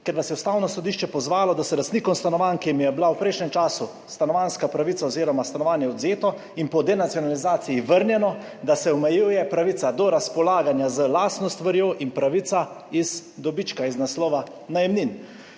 ker vas je Ustavno sodišče pozvalo, da se lastnikom stanovanj, ki jim je bila v prejšnjem času stanovanjska pravica oziroma stanovanje odvzeto in po denacionalizaciji vrnjeno, da se omejuje pravica do razpolaganja z lastno stvarjo in pravica iz dobička iz naslova najemnin.